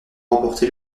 remporté